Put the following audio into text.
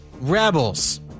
rebels